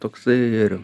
toksai ir